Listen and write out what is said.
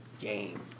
game